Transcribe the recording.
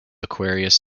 aquarius